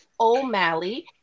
O'Malley